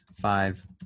five